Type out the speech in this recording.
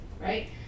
right